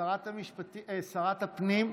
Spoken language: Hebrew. שרת הפנים,